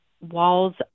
walls